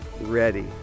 ready